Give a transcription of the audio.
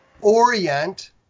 orient